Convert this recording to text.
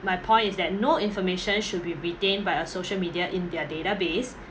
my point is that no information should be retained by a social media in their database